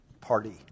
party